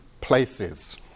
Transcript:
places